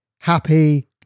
happy